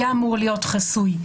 היה אמור להיות חסוי,